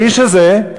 והאיש הזה,